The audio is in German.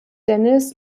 denis